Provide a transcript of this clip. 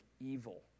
evil